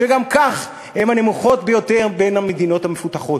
שגם כך הן הנמוכות ביותר במדינות המפותחות,